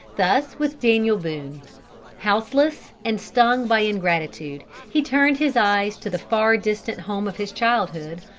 thus with daniel boone houseless and stung by ingratitude, he turned his eyes to the far distant home of his childhood,